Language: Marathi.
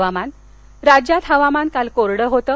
हवामान् राज्यात हवामान काल कोरडं होतं